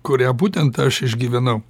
kurią būtent aš išgyvenau